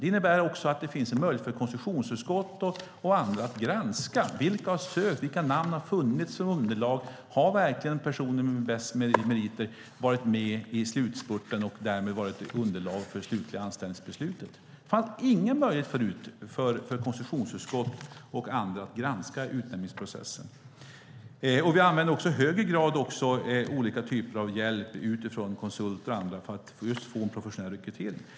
Det innebär att det finns en möjlighet för konstitutionsutskottet och andra att granska vilka som har sökt och vilka namn som har förekommit. Man kan se underlagen och om de som har bäst meriter har varit med i slutspurten och därmed varit underlag för det slutliga anställningsbeslutet. Förut fanns det ingen möjlighet för konstitutionsutskottet och andra att granska utnämningsprocessen. Vi använder i högre grad hjälp utifrån, som konsulter, för att få en professionell rekrytering.